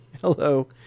Hello